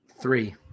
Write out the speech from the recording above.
Three